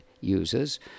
users